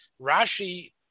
Rashi